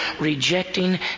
rejecting